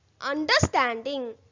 Understanding